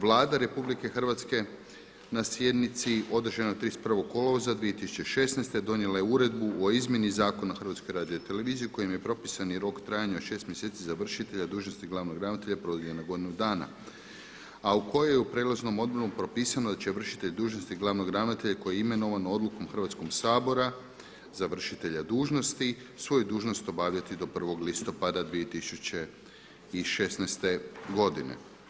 Vlada RH na sjednici održanoj 31. kolovoza 2016. donijela je uredbu o izmjeni Zakona o HRT-u kojem je propisani rok trajanja od šest mjeseci za vršitelja dužnosti glavnog ravnatelja produljena na godinu dana, a u kojoj je u prijelaznom … propisano da će vršitelj dužnosti glavnog ravnatelja koji je imenovan odlukom Hrvatskoga sabora za vršitelja dužnosti svoju dužnost obavljati do 1. listopada 2016. godine.